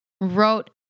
wrote